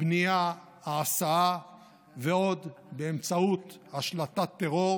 הבנייה, ההסעה ועוד, באמצעות השלטת טרור